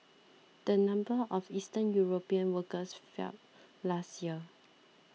the number of Eastern European workers fell last year